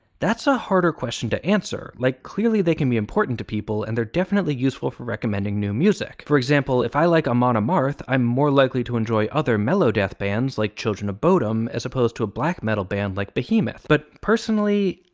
that's a harder question to answer. like, clearly they can be important to people, and they're definitely useful for recommending new music. for example, if i like amon amarth, i'm more likely to enjoy other melodeath bands like children of bodom, as opposed to a black metal band like behemoth. but personally,